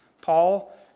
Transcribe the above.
Paul